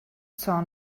zorn